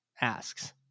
asks